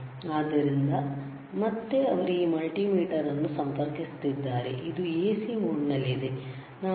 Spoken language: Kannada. ಆದ್ದರಿಂದ ಮತ್ತೆ ಅವರು ಈ ಮಲ್ಟಿಮೀಟರ್ ಅನ್ನು ಸಂಪರ್ಕಿಸುತ್ತಿದ್ದಾರೆ ಇದು AC ಮೋಡ್ನಲ್ಲಿದೆ ನಾವು ಬದಲಾವಣೆಯನ್ನು ನೋಡಬಹುದು